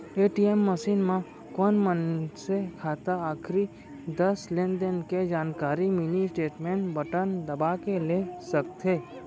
ATM machine म कोन मनसे खाता आखरी दस लेनदेन के जानकारी मिनी स्टेटमेंट बटन दबा के ले सकथे